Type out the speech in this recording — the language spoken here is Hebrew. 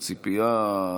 הציפייה,